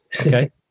okay